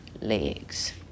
legs